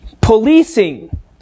policing